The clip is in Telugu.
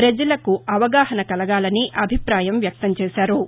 పజలకు అవగాహన కలగాలని అభిప్రాయం వ్యక్తం చేశారు